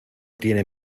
tiene